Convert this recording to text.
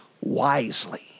wisely